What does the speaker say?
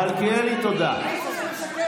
מלכיאלי, תודה.